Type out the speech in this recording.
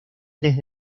desde